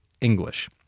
English